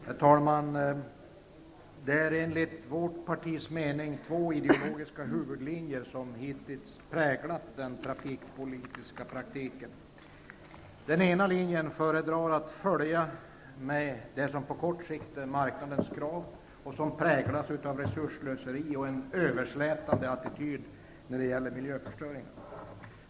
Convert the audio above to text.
Herr talman! Det är enligt vårt partis mening två ideologiska huvudlinjer som hittills präglat den trafikpolitiska praktiken. Enligt den ena linjen föredrar man att följa det som på kort sikt är marknadens krav, och som präglas av ett resursslöseri och av en överslätande attityd till miljöförstöring.